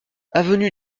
avenue